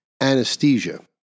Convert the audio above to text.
anesthesia